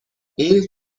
این